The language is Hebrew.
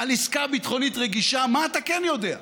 על עסקה ביטחונית רגישה, מה אתה כן יודע?